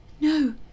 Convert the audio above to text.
no